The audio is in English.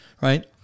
right